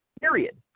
period